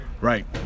Right